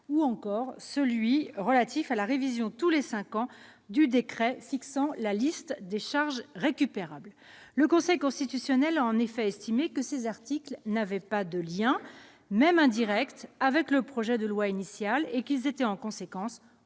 ou encore celui relatif à la révision tous les cinq ans du décret fixant la liste des charges récupérables. Le Conseil constitutionnel a en effet estimé que ces articles n'avaient pas de lien, même indirect, avec le projet de loi initial et qu'ils étaient en conséquence